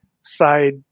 side